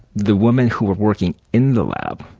the women who were working in the lab,